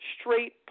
straight